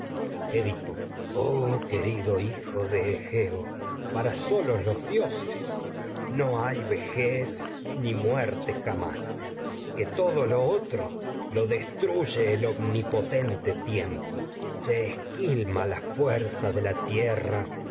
oh querido ni hijo de egeo para solos los dioses no hay vejez muerte jamás se que todo lo otro lo destruye el omnipotente tiempo de la esquilma la fuer za tierra